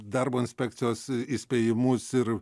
darbo inspekcijos įspėjimus ir